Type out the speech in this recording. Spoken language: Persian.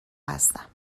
هستم